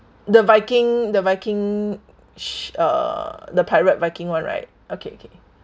the viking the viking sh~ uh the pirate viking [one] right okay okay